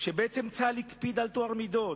שצה"ל הקפיד על טוהר מידות,